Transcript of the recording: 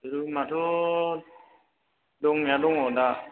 रुमाथ' दंनाया दङ दा